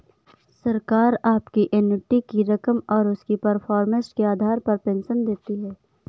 सरकार आपकी एन्युटी की रकम और उसकी परफॉर्मेंस के आधार पर पेंशन देती है